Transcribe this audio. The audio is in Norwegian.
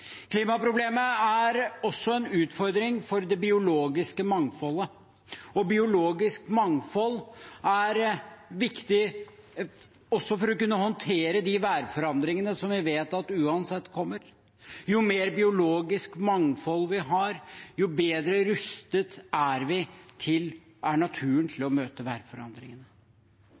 klimaproblemet. Klimaproblemet er også en utfordring for det biologiske mangfoldet, og biologisk mangfold er viktig også for å kunne håndtere de værforandringene som vi vet uansett kommer. Jo mer biologisk mangfold vi har, jo bedre rustet er naturen til å møte